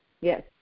Yes